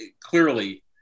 clearly